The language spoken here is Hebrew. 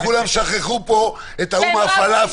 פתאום כולם שכחו פה את ההוא מהפלאפל.